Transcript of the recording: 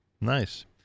Nice